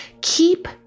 Keep